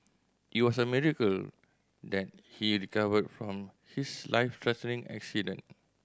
it was a miracle that he recovered from his life threatening accident